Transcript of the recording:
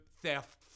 theft